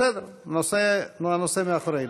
הנושא מאחורינו.